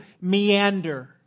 meander